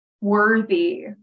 worthy